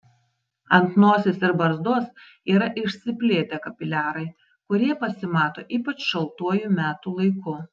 ant nosies ir barzdos yra išsiplėtę kapiliarai kurie pasimato ypač šaltuoju metų laiku